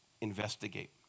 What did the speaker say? investigate